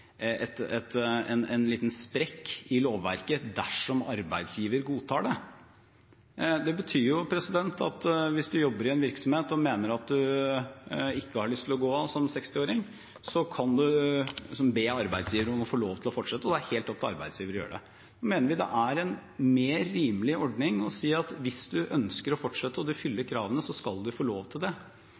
en liten sprekk i lovverket, dersom arbeidsgiver godtar det. Det betyr at hvis man jobber i en virksomhet og mener at man ikke har lyst til å gå av som 60-åring, kan man be arbeidsgiver om å få lov til å fortsette, og det er helt opp til arbeidsgiver å avgjøre det. Da mener vi det er en mer rimelig ordning å si at hvis man ønsker å fortsette, og man fyller kravene, skal man få lov til det.